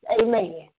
amen